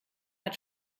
hat